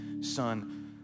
son